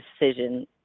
decision